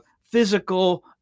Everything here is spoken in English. physical